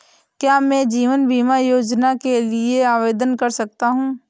क्या मैं जीवन बीमा योजना के लिए आवेदन कर सकता हूँ?